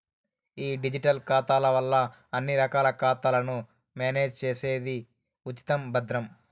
ఈ డిజిటల్ ఖాతాల వల్ల అన్ని రకాల ఖాతాలను మేనేజ్ చేసేది ఉచితం, భద్రం